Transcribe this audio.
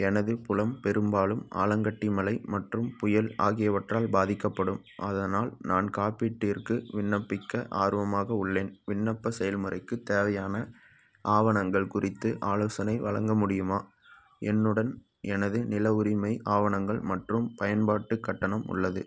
எனது புலம் பெரும்பாலும் ஆலங்கட்டி மழை மற்றும் புயல் ஆகியவற்றால் பாதிக்கப்படும் அதனால் நான் காப்பீட்டிற்கு விண்ணப்பிக்க ஆர்வமாக உள்ளேன் விண்ணப்ப செயல்முறைக்கு தேவையான ஆவணங்கள் குறித்து ஆலோசனை வழங்க முடியுமா என்னுடன் எனது நில உரிமை ஆவணங்கள் மற்றும் பயன்பாட்டு கட்டணம் உள்ளது